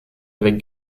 avec